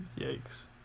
yikes